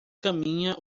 caminha